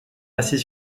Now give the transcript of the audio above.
assis